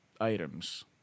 items